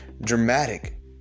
dramatic